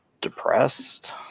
depressed